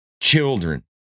children